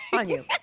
on you,